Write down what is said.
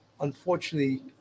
unfortunately